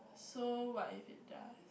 so what if it does